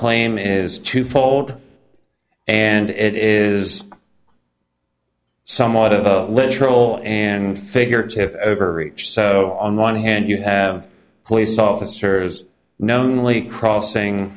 claim is twofold and it is somewhat of a literal and figurative overreach so on one hand you have police officers known only crossing